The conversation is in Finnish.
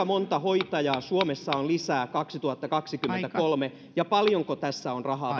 monta hoitajaa suomessa on lisää kaksituhattakaksikymmentäkolme ja paljonko tässä on rahaa